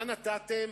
מה נתתם?